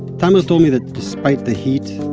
tamer told me that despite the heat,